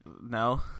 No